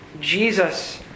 Jesus